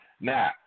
Now